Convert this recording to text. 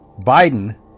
Biden